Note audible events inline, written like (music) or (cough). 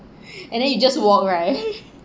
and then you just walk right (laughs)